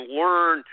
learn